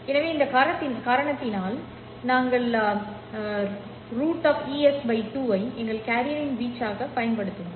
எனவே இந்த காரணத்தினால் நாங்கள் carEs 2 ஐ எங்கள் கேரியரின் வீச்சாகப் பயன்படுத்துவோம்